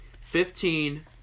Fifteen